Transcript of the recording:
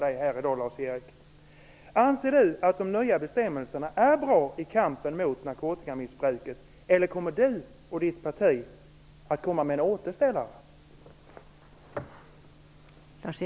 Erik Lövdén att de nya bestämmelserna är bra i kampen mot narkotikamissbruket, eller kommer Lars-Erik Lövdén och hans parti att komma med en återställare?